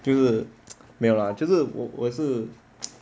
就是 没有啦就是我是